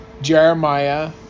Jeremiah